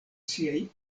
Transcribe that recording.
siaj